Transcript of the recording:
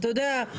אתה יודע,